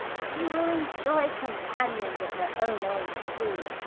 she will enjoy companions of her own age too.